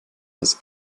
das